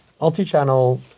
Multi-channel